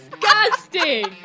disgusting